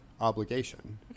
obligation